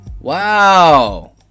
Wow